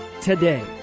today